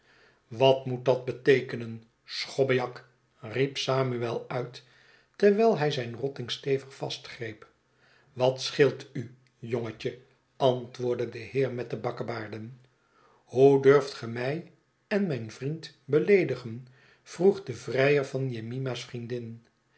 wat moet dat beteekenen schobbejak riep samuel uit terwijl hij zijn rotting stevig vastgreep wat scheelt u jongetje antwoordde de heer met de bakkebaarden hoe durft ge mij en mijn vriend beleedigen vroeg de vrijer van jemima's vriendin